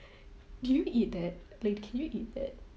do you eat that like can you eat that